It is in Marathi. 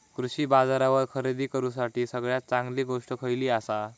कृषी बाजारावर खरेदी करूसाठी सगळ्यात चांगली गोष्ट खैयली आसा?